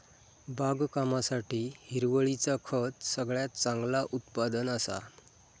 बागकामासाठी हिरवळीचा खत सगळ्यात चांगला उत्पादन असा